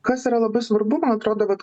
kas yra labai svarbu man atrodo vat